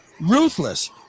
ruthless